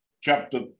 chapter